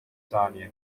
saniye